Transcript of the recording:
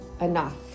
enough